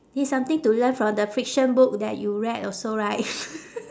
it's something to learn from the fiction book that you read also right